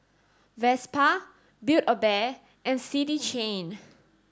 Vespa Build a Bear and City Chain